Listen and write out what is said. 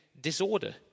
disorder